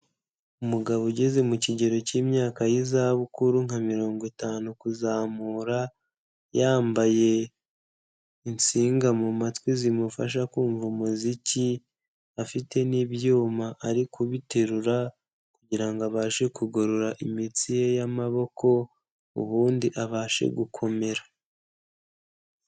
Umugabo ugeze mu kigero k'imyaka y'izabukuru nka mirongo itanu kuzamura, yambaye insinga mu matwi zimufasha kumva umuziki, afite n'ibyuma ari kuterura kugira ngo abashe kugorora imitsi ye y'amaboko, ubundi abashe gukomera.